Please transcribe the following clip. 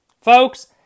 Folks